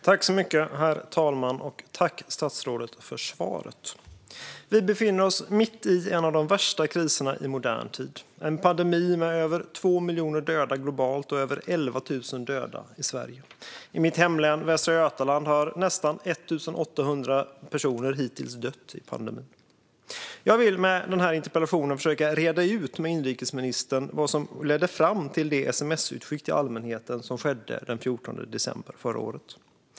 Herr talman! Tack, statsrådet, för svaret! Vi befinner oss mitt i en av de värsta kriserna i modern tid, i en pandemi med över 2 miljoner döda globalt och över 11 000 döda i Sverige. I mitt hemlän Västra Götalands län har nästan 1 800 personer hittills dött i pandemin. Jag vill med denna interpellation försöka reda ut med inrikesministern vad som ledde fram till det sms-utskick till allmänheten som gjordes den 14 december förra året.